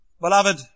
Beloved